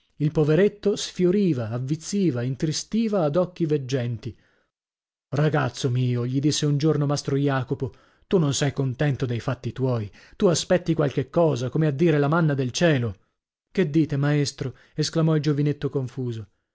il poveretto sfioriva avvizziva intristiva ad occhi veggenti ragazzo mio gli disse un giorno mastro jacopo tu non sei contento dei fatti tuoi tu aspetti qualche cosa come a dire la manna del cielo che dite maestro esclamò il giovinetto confuso